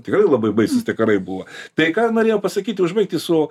tikrai labai baisūs tie karai buvo tai ką ir norėjau pasakyti užbaigti su